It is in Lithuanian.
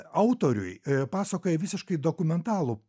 autoriui pasakoja visiškai dokumentalų